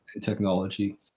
technology